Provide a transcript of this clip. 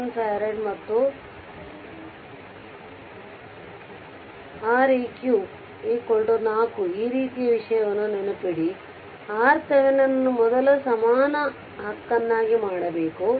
1 farad ಮತ್ತು ಈ R ಇದು ರೆಕ್ 4 ಈ ರೀತಿಯ ವಿಷಯವನ್ನು ನೆನಪಿಡಿ ಆರ್ ಥೆವೆನಿನ್ ಅನ್ನು ಮೊದಲು ಸಮಾನ ಹಕ್ಕನ್ನಾಗಿ ಮಾಡಬೇಕು